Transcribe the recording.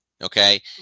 Okay